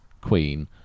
queen